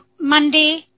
Monday